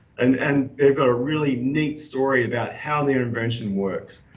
and and they've got a really neat story about how their invention works.